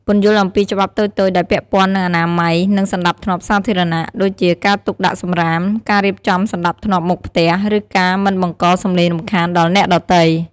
ពន្យល់អំពីច្បាប់តូចៗដែលពាក់ព័ន្ធនឹង អនាម័យ និងសណ្ដាប់ធ្នាប់សាធារណៈ ដូចជាការទុកដាក់សំរាម ការរៀបចំសណ្តាប់ធ្នាប់មុខផ្ទះ ឬការមិនបង្កសំឡេងរំខានដល់អ្នកដទៃ។